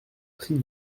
prie